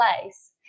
place